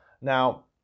Now